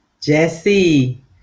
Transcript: jesse